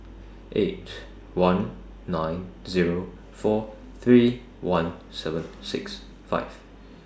eight one nine Zero four three one seven six five